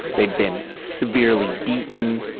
they'd been severely beaten,